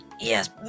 Yes